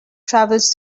travels